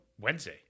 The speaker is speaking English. Wednesday